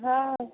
हँ